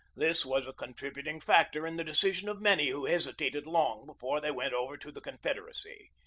this was a contributing factor in the decision of many who hesitated long before they went over to the confederacy.